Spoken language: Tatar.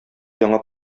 яңа